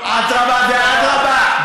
אדרבה ואדרבה,